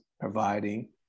providing